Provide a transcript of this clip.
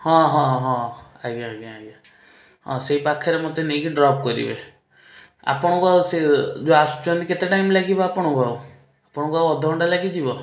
ହଁ ହଁ ହଁ ଆଜ୍ଞା ଆଜ୍ଞା ଆଜ୍ଞା ହଁ ସେଇ ପାଖରେ ମୋତେ ନେଇକି ଡ୍ରପ୍ କରିବେ ଆପଣଙ୍କ ସେ ଯେଉଁ ଆସୁଛନ୍ତି କେତେ ଟାଇମ ଲାଗିବ ଆପଣଙ୍କୁ ଆଉ ଆପଣଙ୍କୁ ଆଉ ଅଧଘଣ୍ଟା ଲାଗିଯିବ